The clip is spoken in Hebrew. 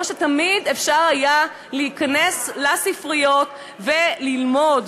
כמו שתמיד אפשר היה להיכנס לספריות וללמוד,